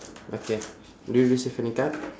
okay do you receive any card